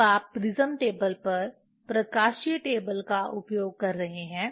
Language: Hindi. जब आप प्रिज्म टेबल पर प्रकाशीय टेबल का उपयोग कर रहे हैं